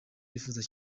bifuza